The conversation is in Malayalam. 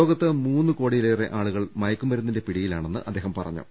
ലോകത്ത് മൂന്ന് കോടിയിലേറെ ആളുകൾ മയക്കുമരുന്നിന്റെ പി ടിയിലാണെന്ന് അദ്ദേഹം പറഞ്ഞു